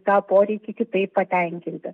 tą poreikį kitaip patenkinti